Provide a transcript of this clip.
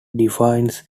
defines